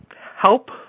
help